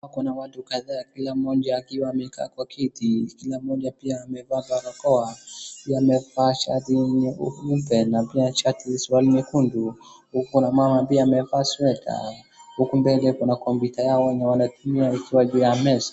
Kuna watu kadahaa kila mmoja akiwa amekaa kwa kiti, kila mmoja pia amevaa barakoa, pia wamevaa shati nyeupe na pia shati nyekundu, huku kuna mama pia amevaa sweta, huku mbele kuna kompyuta yao yenye wanatumia iko juu ya meza.